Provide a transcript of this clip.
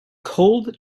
cold